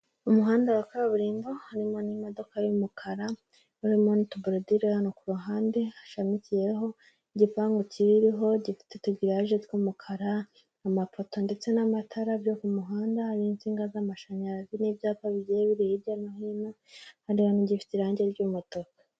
Mu muhanda wa kaburimbo harimo n'imodoka y'umukara harimo n'utuborodire hano ku ruhande, hashamikiyeho igipangu kiririho gifite utugirayaje tw'umukara, amapoto ndetse n'amatara byo ku muhanda n'insinga z'amashanyarazi n'ibyapa bigiye biri hirya no hino, hari n'igifite irangi ry'umutuku.